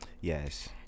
Yes